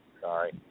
sorry